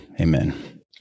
Amen